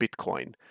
Bitcoin